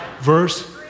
verse